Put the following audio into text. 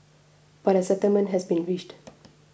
but a settlement has been reached